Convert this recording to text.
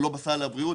הוא לא בסל הבריאות.